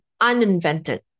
uninvented